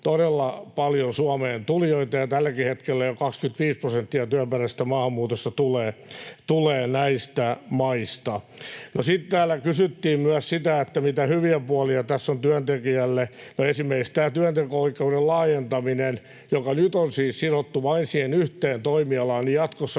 todella paljon Suomeen tulijoita. Tälläkin hetkellä jo 25 prosenttia työperäisestä maahanmuutosta tulee näistä maista. Sitten täällä kysyttiin myös sitä, mitä hyviä puolia tässä on työntekijälle. No, esimerkiksi tämä työnteko-oikeuden laajentaminen, joka nyt on siis sidottu vain siihen yhteen toimialaan, eli jatkossa